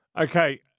Okay